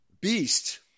beast